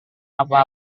apa